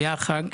היה חג.